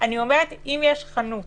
אם יש חנות,